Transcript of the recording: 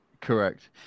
Correct